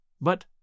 but